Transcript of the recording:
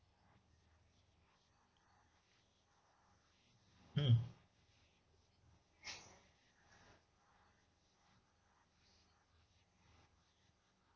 mm